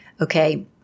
okay